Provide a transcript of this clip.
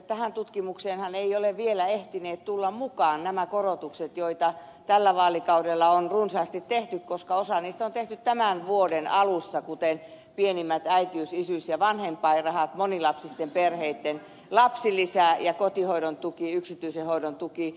tähän tutkimukseenhan eivät ole vielä ehtineet tulla mukaan nämä korotukset joita tällä vaalikaudella on runsaasti tehty koska osa niistä on tehty tämän vuoden alussa kuten pienimmät äitiys isyys ja vanhempainrahat monilapsisten perheitten lapsilisä ja kotihoidon tuki yksityisen hoidon tuki